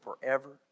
forever